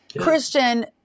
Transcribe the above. Christian